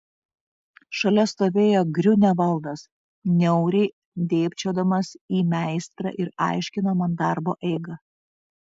šalia stovėjo griunevaldas niauriai dėbčiodamas į meistrą ir aiškino man darbo eigą